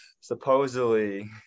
supposedly